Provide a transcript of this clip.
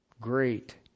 Great